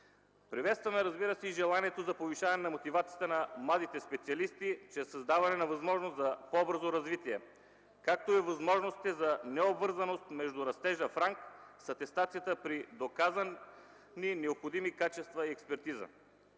Приветстваме, разбира се, и желанието за повишаване на мотивацията на младите специалисти чрез създаване на възможност за по-бързо развитие, както и възможности за необвързаност между растежа в ранг с атестацията при доказани необходими качества и експертиза.